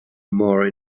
more